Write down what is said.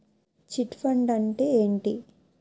Chit fund అంటే ఏంటి?